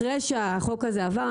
אחרי שהחוק הזה עבר,